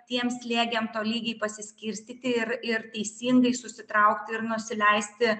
tiem slėgiam tolygiai pasiskirstyti ir ir teisingai susitraukti ir nusileisti